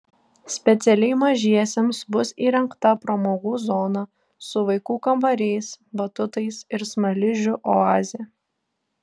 specialiai mažiesiems bus įrengta pramogų zona su vaikų kambariais batutais ir smaližių oaze